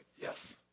yes